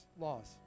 laws